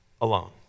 alone